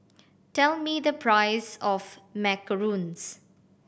tell me the price of macarons